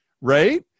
Right